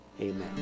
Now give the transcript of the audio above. Amen